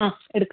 ആ എടുക്ക്